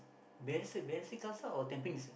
Balestier-Khalsa or Tampines ah